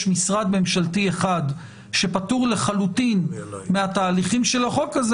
משרד ממשלתי אחד שפטור לחלוטין מהתהליכים של החוק הזה